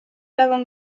l’avant